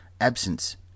Absence